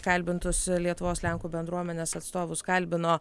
kalbintus lietuvos lenkų bendruomenės atstovus kalbino